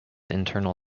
internal